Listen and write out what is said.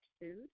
food